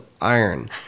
Iron